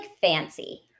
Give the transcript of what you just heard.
fancy